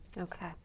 Okay